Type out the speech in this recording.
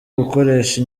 ugukoresha